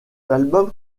album